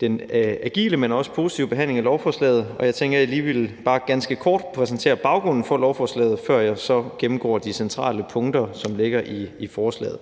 den agile, men også positive behandling af lovforslaget. Jeg tænker, at jeg bare lige ganske kort vil præsentere baggrunden for lovforslaget, før jeg gennemgår de centrale punkter, som ligger i forslaget.